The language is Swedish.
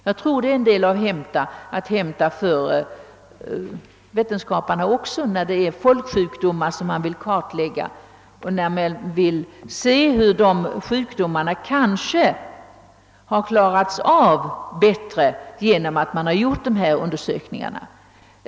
Jag tror att också vetenskapsmännen har en del att hämta här när det gäller att kartlägga folksjukdomarna och undersöka om de kan bekämpas bättre genom dessa undersökningar.